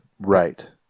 right